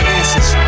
answers